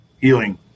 healing